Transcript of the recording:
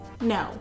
No